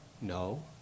No